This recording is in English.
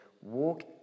walk